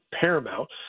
paramount